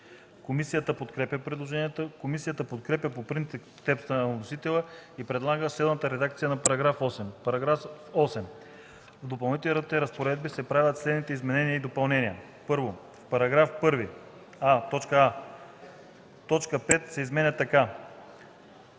Комисията подкрепя предложението. Комисията подкрепя по принцип текста на вносителя и предлага следната редакция на § 8: „§ 8. В Допълнителните разпоредби се правят следните изменения и допълнения: 1. В § 1: а) точка 5 се изменя така: